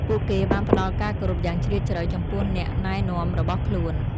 ពួកគេបានផ្តល់ការគោរពយ៉ាងជ្រាលជ្រៅ ចំពោះអ្នកណែនាំរបស់ខ្លួន។